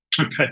Okay